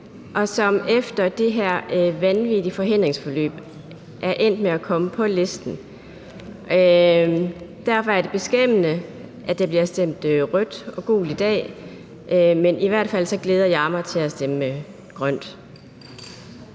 og som efter det her vanvittige forhindringsforløb er endt med at komme på listen. Derfor er det beskæmmende, at der bliver stemt rødt og gult i dag. Men i hvert fald glæder jeg mig til at stemme grønt.